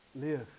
live